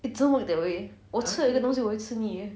it doesn't work that way also 我吃了一个东西我会吃腻 leh